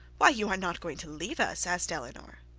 why, you are not going to leave us asked eleanor.